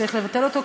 צריך לבטל אותו,